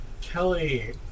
Kelly